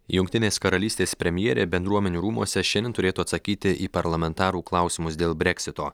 jungtinės karalystės premjerė bendruomenių rūmuose šiandien turėtų atsakyti į parlamentarų klausimus dėl breksito